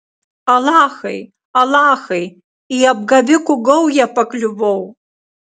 alachai alachai į apgavikų gaują pakliuvau